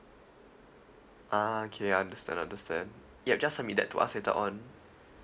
ah okay understand understand yup just submit that to us later on